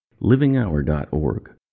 livinghour.org